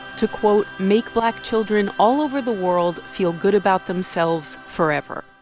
to, quote, make black children all over the world feel good about themselves forever.